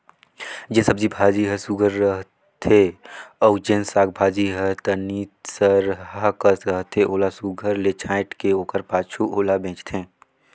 जेन सब्जी भाजी हर सुग्घर रहथे अउ जेन साग भाजी हर तनि सरहा कस रहथे ओला सुघर ले छांएट के ओकर पाछू ओला बेंचथें